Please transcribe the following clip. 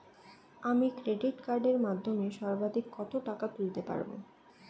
আমি ক্রেডিট কার্ডের মাধ্যমে সর্বাধিক কত টাকা তুলতে পারব?